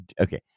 okay